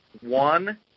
One